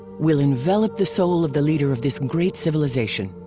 will envelop the soul of the leader of this great civilization,